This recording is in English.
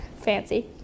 fancy